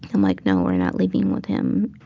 i'm like, no, we're not leaving with him.